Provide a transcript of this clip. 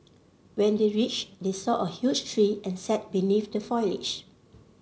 when they reached they saw a huge tree and sat beneath the foliage